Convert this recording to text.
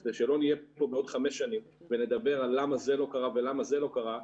וכדי שלא נהיה פה בעוד חמש שנים ונדבר על למה זה לא קרה ולמה זה לא קרה,